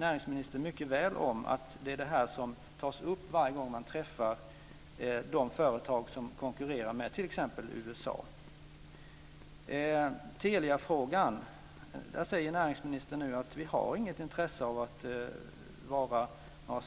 Näringsministern vet mycket väl att det är det här som tas upp varje gång man träffar de företag som konkurrerar med t.ex. USA. I Teliafrågan säger näringsministern nu att vi inte har något intresse av att vara